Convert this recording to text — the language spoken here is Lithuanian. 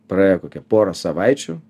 praėjo kokia pora savaičių